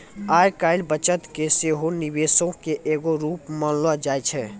आइ काल्हि बचत के सेहो निवेशे के एगो रुप मानलो जाय छै